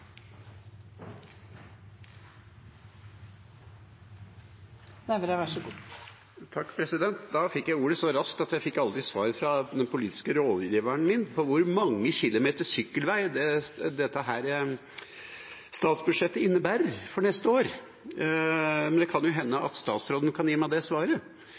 fikk jeg ordet så raskt at jeg aldri fikk svar fra den politiske rådgiveren min på hvor mange kilometer sykkelvei dette statsbudsjettet innebærer for neste år – men det kan jo hende statsråden kan gi meg det svaret.